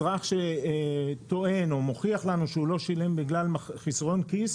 אזרח שטוען או מוכיח לנו שהוא לא שילם בגלל חסרון כיס,